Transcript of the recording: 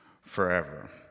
forever